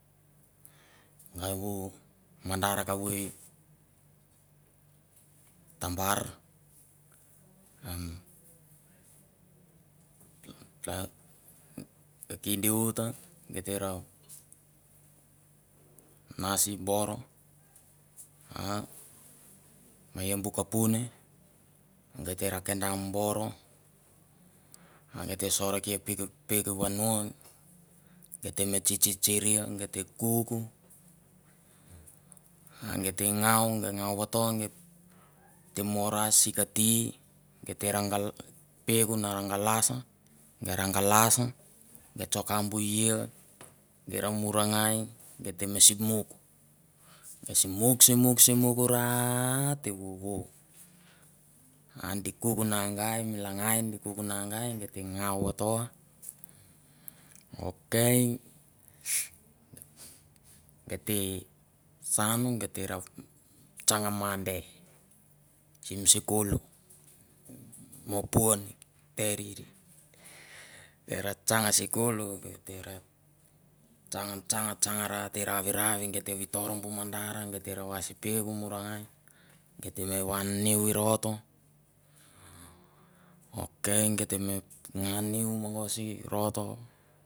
A vu mandar kavu km di uta gai te rau nasi boro a ma i kabuni gai te ra kenda mi boro gei te me tsitsiri, gei te kuk a gai te ngou. ngou vato gito mo ra sikati gei te kuk a gei te ra peuk na galas, gei ra galas nge tsoka bu ia, gei na murangi gai te me simuk, gei simuk simuk ra ate vovo. adi kuk na gai mi langai di kuk na gai. ngou vato. ok gei saun gei te ra tsang mande sim sikulu mapua terir. gai ra tsang sikulu tsang tsang tsang ate ravirau gei te vitor bu mandar gei te ra vasi peuk morangai me van niu i rato. Ok geit te me nga mu mongoso i rato.